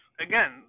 again